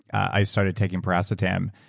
i started taking piracetam,